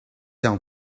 down